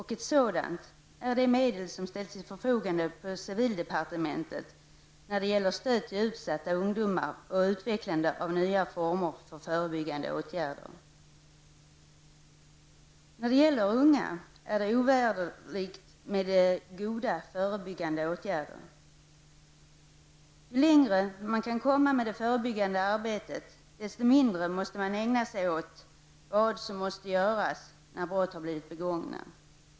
Medel för detta ställs till förfogande på civildepartementet för stöd till utsatta ungdomar och utvecklande av nya former av förebyggande åtgärder. I fråga om unga är det ovärderligt med goda förebyggande åtgärder. Ju längre man kan komma med det förebyggande arbetet, desto mindre måste man ägna sig åt vad som måste göras när brott har blivit begångna.